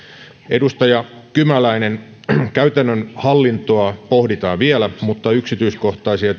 edustaja kymäläinen käytännön hallintoa pohditaan vielä mutta yksityiskohtaisia